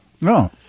no